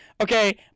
okay